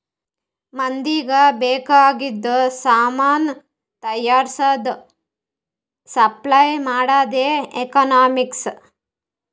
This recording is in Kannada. ಮಂದಿಗ್ ಬೇಕ್ ಆಗಿದು ಸಾಮಾನ್ ತೈಯಾರ್ಸದ್, ಸಪ್ಲೈ ಮಾಡದೆ ಎಕನಾಮಿಕ್ಸ್